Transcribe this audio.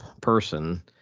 person